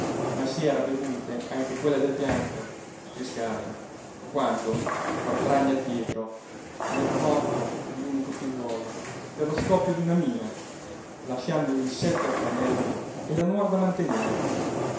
ma si era bevute anche quelle del pianto zi scarda quando quattr'anni addietro gli era morto l'unico figliuolo per lo scoppio d'una mina lasciandogli sette orfanelli e la nuora da mantenere